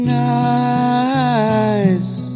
nice